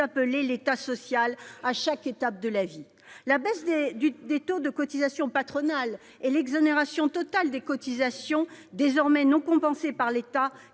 appelez « l'État social à chaque étape de la vie »! La baisse des taux de cotisations patronales et l'exonération totale des cotisations, désormais non compensées par l'État,